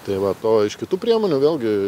tai vat o iš kitų priemonių vėlgi